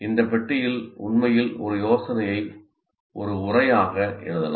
இந்த பெட்டியில் உண்மையில் ஒரு யோசனையை ஒரு உரையாக எழுதலாம்